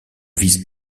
vice